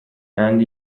and